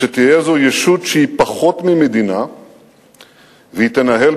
"שתהיה זאת ישות שהיא פחות ממדינה והיא תנהל